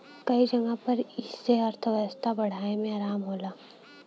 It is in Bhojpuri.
कई जगह पर ई से अर्थव्यवस्था बढ़ाए मे आराम होला